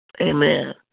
Amen